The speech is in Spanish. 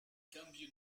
cambio